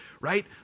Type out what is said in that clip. right